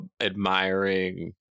admiring